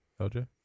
LJ